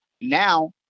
now